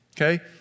Okay